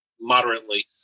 moderately